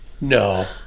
No